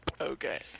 Okay